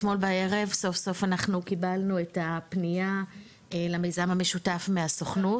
אתמול בערב סוף סוף אנחנו קיבלנו את הפנייה למיזם המשותף מהסוכנות,